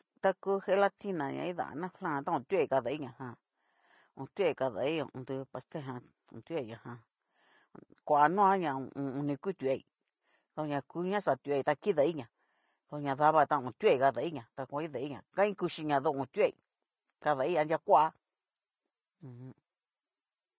Ta ku getatina ña kidana flan ta otuai kadai ñajan, otuai ho o on tu pasteljan otuai ñajan, koa noa ña onikutuai, tuña ku ña xatuai ta kidaiña, tu ña dava ta otuai kadaiña, ta ngua kidaiña kain kuxhiña tu kutuai kadai anria koa u jum.